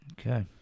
Okay